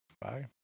Bye